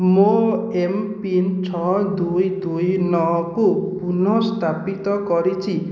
ମୋ ଏମ୍ପିନ୍ ଛଅ ଦୁଇ ଦୁଇ ନଅକୁ ପୁନଃସ୍ଥାପିତ କରିଛି